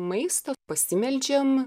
maistą pasimeldžiam